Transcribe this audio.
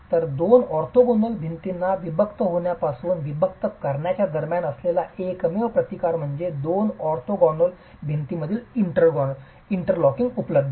तर दोन ऑर्थोगोनल भिंतींना विभक्त होण्यापासून विभक्त करण्याच्या दरम्यान असलेला एकमेव प्रतिकार म्हणजे दोन ऑर्थोगोनल भिंतींमधील कातर इंटरलॉकिंग उपलब्ध आहे